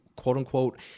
quote-unquote